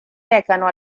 recano